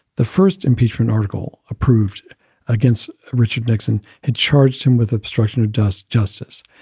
the first impeachment article approved against richard nixon had charged him with obstruction of does justice.